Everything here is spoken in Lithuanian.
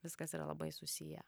viskas yra labai susiję